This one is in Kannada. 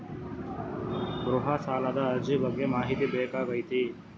ಗೃಹ ಸಾಲದ ಅರ್ಜಿ ಬಗ್ಗೆ ಮಾಹಿತಿ ಬೇಕಾಗೈತಿ?